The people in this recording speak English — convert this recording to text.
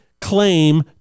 claim